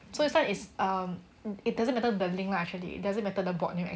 so this one is err it doesn't matter the link lah actually doesn't matter the bot name